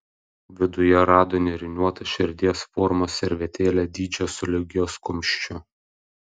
viduje rado nėriniuotą širdies formos servetėlę dydžio sulig jos kumščiu